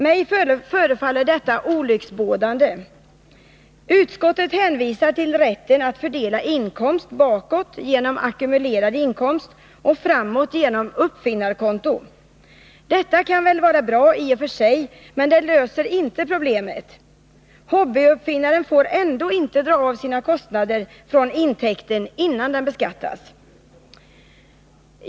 Mig förefaller detta olycksbådande. Utskottet hänvisar till rätten att fördela inkomst bakåt genom ackumulerad inkomst och framåt genom uppfinnarkonto. Detta kan väl vara bra i och för sig. Men det löser inte problemet. Hobbyuppfinnaren får ändå inte dra av sina kostnader från intäkten innan den beskattas.